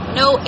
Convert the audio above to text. no